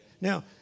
Now